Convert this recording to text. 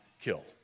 kill